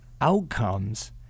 outcomes